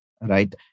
right